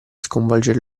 sconvolgere